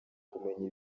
kumenya